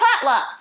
potluck